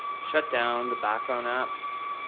shut down the background apps.